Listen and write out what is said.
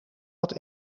wat